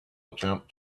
attempt